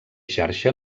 xarxa